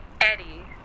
Eddie